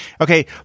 Okay